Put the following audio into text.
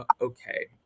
Okay